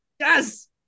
Yes